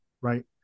right